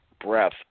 breath